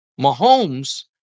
Mahomes